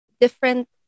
different